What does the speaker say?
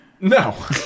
no